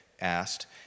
asked